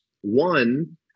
One